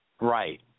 right